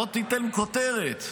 בוא תיתן לי כותרת.